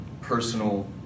personal